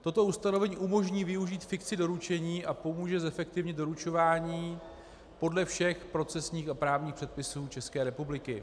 Toto ustanovení umožní využít fikci doručení a pomůže zefektivnit doručování podle všech procesních a právních předpisů České republiky.